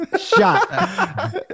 shot